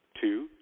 two